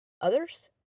others